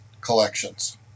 collections